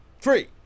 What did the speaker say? Three